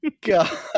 God